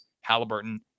Halliburton